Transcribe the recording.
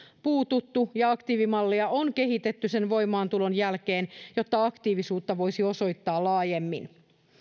puututtu ja aktiivimallia on kehitetty sen voimaantulon jälkeen jotta aktiivisuutta voisi osoittaa laajemmin